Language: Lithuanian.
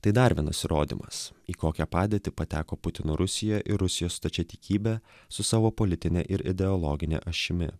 tai dar vienas įrodymas į kokią padėtį pateko putino rusija ir rusijos stačiatikybė su savo politine ir ideologine ašimi